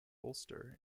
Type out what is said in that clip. ulster